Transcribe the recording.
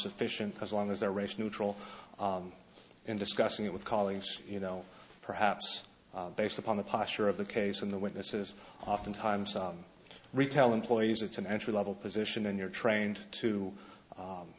sufficient as long as their race neutral in discussing it with colleagues you know perhaps based upon the posture of the case in the witnesses oftentimes retail employees it's an entry level position and you're trained to